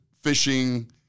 fishing